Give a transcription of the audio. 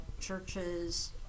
churches